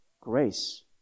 grace